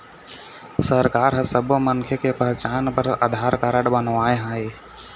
सरकार ह सब्बो मनखे के पहचान बर आधार कारड बनवाए हे